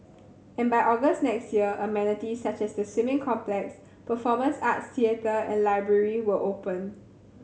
and by August next year amenities such as the swimming complex performance arts theatre and library will open